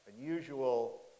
unusual